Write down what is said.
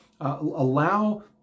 allow